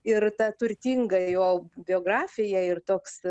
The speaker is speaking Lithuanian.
ir ta turtinga jo biografija ir toks